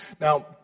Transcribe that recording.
Now